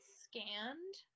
scanned